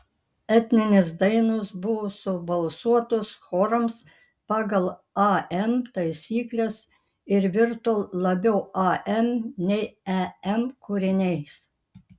etninės dainos buvo subalsuotos chorams pagal am taisykles ir virto labiau am nei em kūriniais